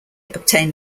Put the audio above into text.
obtain